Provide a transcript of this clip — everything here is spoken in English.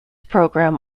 program